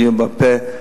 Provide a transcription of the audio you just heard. יהיה בעל-פה: